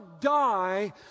die